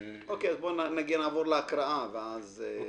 נעבור להקראה ואז תעירו.